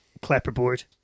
Clapperboard